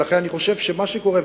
מה שקורה,